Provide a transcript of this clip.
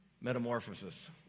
metamorphosis